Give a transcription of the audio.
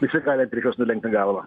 visi galim prieš juos nulenkti galvą